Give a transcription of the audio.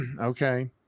Okay